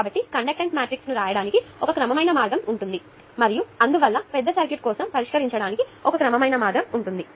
కాబట్టి conductance matrix ను రాయడానికి ఒక క్రమమైన మార్గం ఉంటుంది మరియు అందువల్ల పెద్ద సర్క్యూట్ కోసం పరిష్కరించడానికి ఒక క్రమమైన మార్గం ఉంటుంది